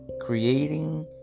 creating